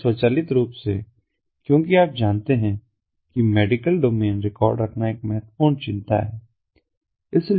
इसलिए स्वचालित रूप से क्योंकि आप जानते हैं कि मेडिकल डोमेन रिकॉर्ड रखना एक बहुत महत्वपूर्ण चिंता है